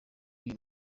uyu